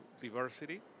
diversity